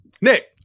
Nick